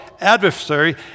adversary